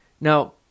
Now